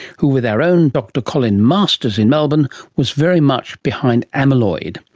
who with our own dr colin masters in melbourne was very much behind amyloid.